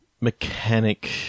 mechanic